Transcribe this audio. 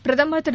பிரதமர் திரு